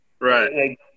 right